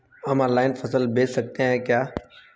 हम ऑनलाइन फसल बेच सकते हैं क्या?